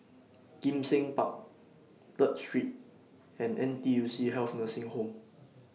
Kim Seng Park Third Street and N T U C Health Nursing Home